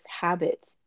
habits